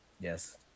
Yes